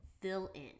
fill-in